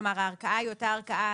כלומר הערכאה היא אותה ערכאה,